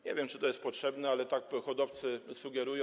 Nie wiem, czy to jest potrzebne, ale tak hodowcy sugerują.